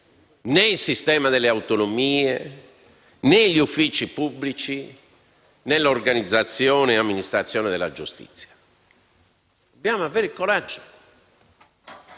nel sistema delle autonomie, negli uffici pubblici e nell'organizzazione e amministrazione della giustizia. Dobbiamo avere il coraggio.